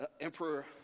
Emperor